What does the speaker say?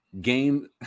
Game